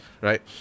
right